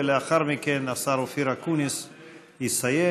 ולאחר מכן השר אופיר אקוניס יסיים.